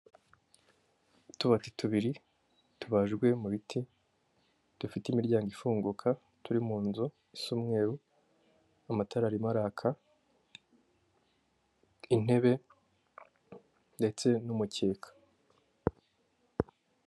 Utubati tubiri, tubajwe mu biti, dufite imiryango ifunguka, turi mu nzu, isa umweru, amatara arimo araka, intebe, ndetse n'umucyeka.